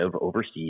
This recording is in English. overseas